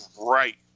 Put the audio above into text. right